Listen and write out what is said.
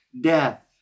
death